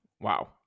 Wow